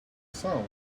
sound